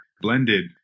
Blended